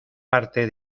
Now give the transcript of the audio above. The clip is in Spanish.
parte